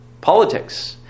politics